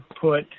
put